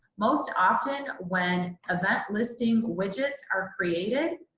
most often when event listing widgets are created,